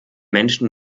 menschen